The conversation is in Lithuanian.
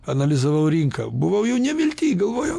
analizavau rinką buvau jau nevilty galvojau